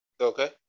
Okay